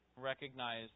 recognize